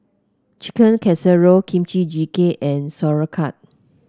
Chicken Casserole Kimchi Jjigae and Sauerkraut